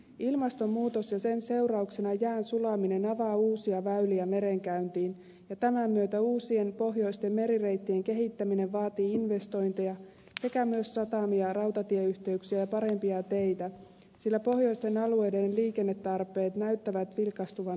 ilmastonmuutos ja sen seurauksena jään sulaminen avaavat uusia väyliä merenkäyntiin ja tämän myötä uusien pohjoisten merireittien kehittäminen vaatii investointeja sekä myös satamia ja rautatieyhteyksiä ja parempia teitä sillä pohjoisen alueiden liikennetarpeet näyttävät vilkastuvan nopeasti